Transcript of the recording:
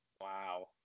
wow